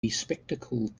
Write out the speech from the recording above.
bespectacled